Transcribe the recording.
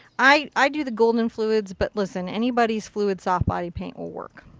i do the golden fluids, but listen, anybody's fluid soft body paint will work.